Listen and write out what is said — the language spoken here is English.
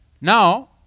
Now